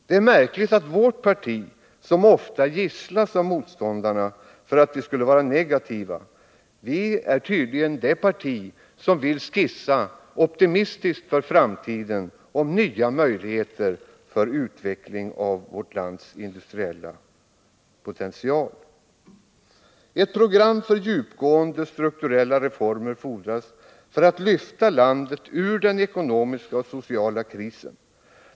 Det är märkligt att vårt parti, som ofta gisslas av motståndarna för att vi skulle vara negativa, tydligen är det parti som vill skissa optimistiskt för framtiden om nya möjligheter för utveckling av vårt lands industriella potential. Ett program för djupgående strukturella reformer fordras för att lyfta landet ur den ekonomiska och sociala krisen.